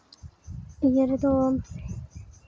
ᱤᱭᱟᱹ ᱨᱮᱫᱚ